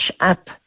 up